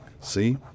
See